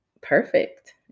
perfect